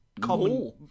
common